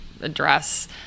address